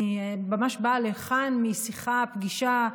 אני ממש באה לכאן משיחה, פגישה,